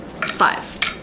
five